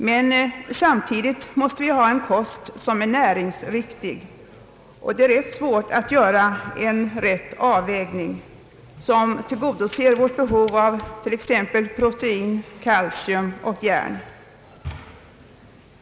Men samtidigt måste vi ha en kost som är näringsriktig, och det är rätt svårt att göra en avvägning som tillgodoser vårt behov av t.ex. protein, kalcium och järn.